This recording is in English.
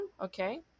okay